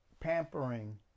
pampering